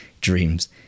dreams